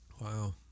Wow